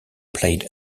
played